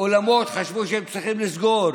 אולמות חשבו שהם צריכים לסגור.